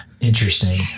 Interesting